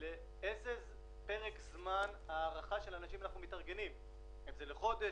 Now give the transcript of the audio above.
לפרק הזמן שאנחנו מתארגנים - האם זה לחודש,